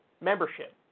membership